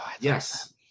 Yes